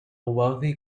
wealthy